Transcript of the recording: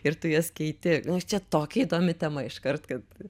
ir tu jas keiti nes čia tokia įdomi tema iškart kad